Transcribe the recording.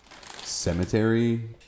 cemetery